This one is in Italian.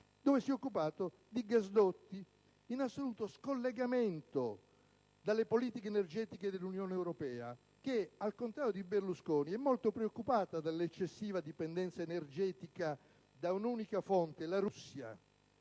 dove si è occupato di gasdotti, in assoluto scollegamento dalle politiche energetiche dell'Unione europea che, al contrario di Berlusconi, è molto preoccupata dell'eccessiva dipendenza energetica da un'unica fonte, la Russia,